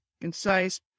concise